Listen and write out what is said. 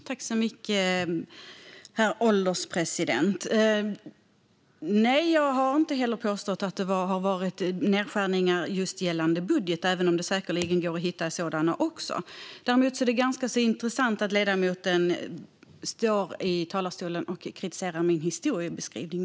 Herr ålderspresident! Nej, jag har inte heller påstått att det varit nedskärningar just i budgeten, även om det säkerligen går att hitta också sådana. Däremot är det ganska intressant att ledamoten står i talarstolen och kritiserar min historiebeskrivning.